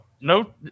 no